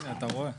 הנה אתה רואה.